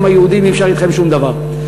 אתם היהודים, אי-אפשר אתכם שום דבר.